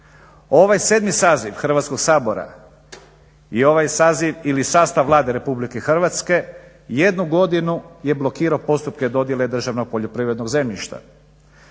Ovo je 7.saziv Hrvatskog sabora i ovaj sastav Vlade RH jednu godinu je blokirao postupke dodjele državnog poljoprivrednog zemljišta.